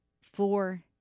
four